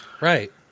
Right